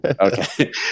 Okay